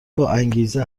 باانگیزه